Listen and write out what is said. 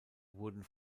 wurden